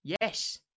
Yes